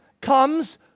comes